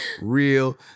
Real